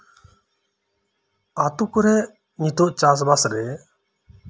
ᱟᱹᱛᱳ ᱠᱚᱨᱮ ᱱᱤᱛᱳᱜ ᱪᱟᱥᱵᱟᱥ ᱨᱮ